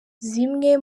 zimwe